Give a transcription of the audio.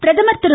பிரதமர் திரு